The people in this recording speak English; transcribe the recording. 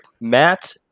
Matt